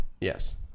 Yes